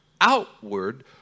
outward